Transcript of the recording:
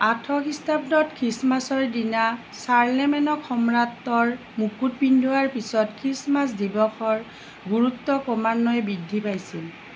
আঠশ খ্ৰীষ্টাব্দত খ্ৰীষ্টমাছৰ দিনা চাৰ্লেমেনক সম্ৰাটৰ মুকুট পিন্ধোৱাৰ পিছত খ্ৰীষ্টমাছ দিৱসৰ গুৰুত্ব ক্ৰমান্বয়ে বৃদ্ধি পাইছিল